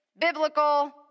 biblical